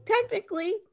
technically